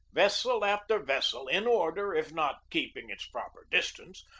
vessel after vessel in order, if not keeping its proper distance,